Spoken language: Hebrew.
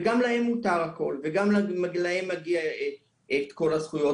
וגם להם מותר הכל וגם להם מגיע את כל הזכויות